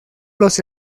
los